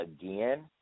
again